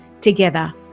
Together